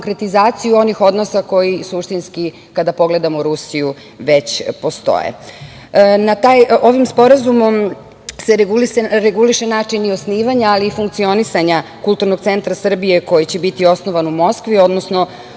konkretizaciju onih odnosa koji suštinski kada pogledamo Rusiju, već postoje. Ovim sporazumom se reguliše i način osnivanja i funkcionisanja kulturnog centra Srbije, koji će biti osnovan u Moskvi, odnosno